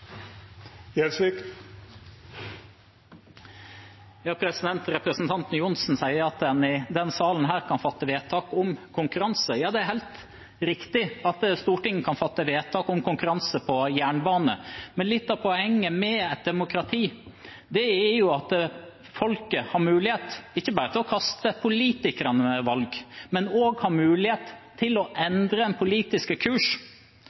Representanten Johnsen sier at en i denne salen kan fatte vedtak om konkurranse. Ja, det er helt riktig at Stortinget kan fatte vedtak om konkurranse på jernbane. Litt av poenget med et demokrati er jo at folket ikke bare har mulighet til å kaste politikerne ved valg, men også har mulighet til å